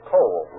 Coal